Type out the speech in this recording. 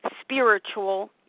spiritual